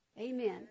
Amen